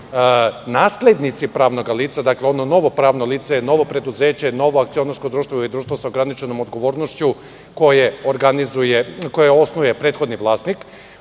naslednici pravnog lica, dakle ono novo pravno lice, novo preduzeće, novo akcionarsko društvo ili društvo sa ograničenom odgovornošću, koje osnuje prethodni vlasnik.